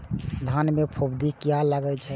धान में फूफुंदी किया लगे छे?